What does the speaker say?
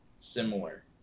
similar